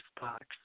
box